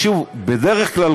בדרך כלל,